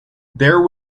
there